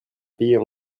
payer